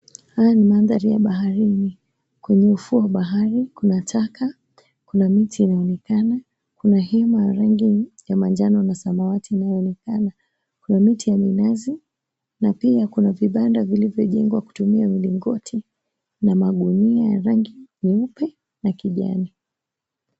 Haya ni mandhari ya baharini. Kwenye ufuo wa bahari kuna taka, kuna miti inaonekana, kuna hema rangi ya manjano na samawati inayoonekana. Kuna miti ya minazi na pia kuna vibanda vilivyojengwa kutumia milingoti na magunia ya rangi nyeupe na kijani.